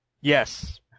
yes